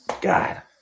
god